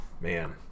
man